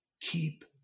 Keep